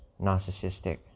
narcissistic